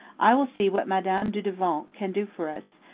i will see what madame dudevant can do for us,